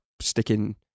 sticking